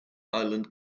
island